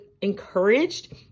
encouraged